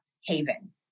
haven